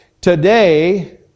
today